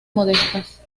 modestas